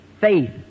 faith